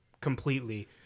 completely